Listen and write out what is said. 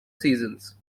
seasons